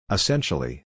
Essentially